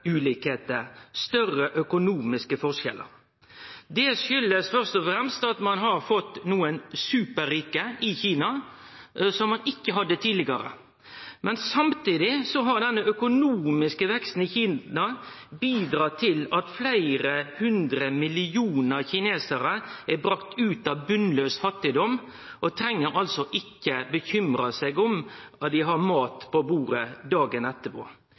større økonomiske forskjellar. Det kjem først og fremst av at ein har fått nokre superrike i Kina, som ein ikkje har hatt tidlegare. Samtidig har den økonomiske veksten i Kina bidratt til at fleire hundre millionar kinesarar har kome ut av botnlaus fattigdom, og dei treng altså ikkje bekymre seg for om dei har mat på bordet dagen etterpå.